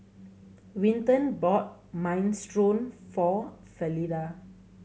Winton bought Minestrone for Fleda